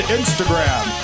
Instagram